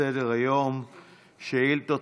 שעה 11:00 תוכן העניינים שאילתות